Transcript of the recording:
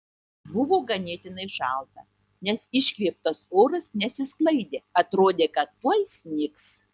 buvo ganėtinai šalta nes iškvėptas oras nesisklaidė atrodė kad tuoj snigs